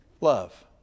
love